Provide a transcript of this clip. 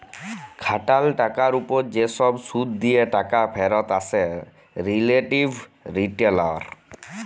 খাটাল টাকার উপর যে সব শুধ দিয়ে টাকা ফেরত আছে রিলেটিভ রিটারল